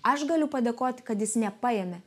aš galiu padėkoti kad jis nepaėmė